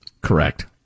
Correct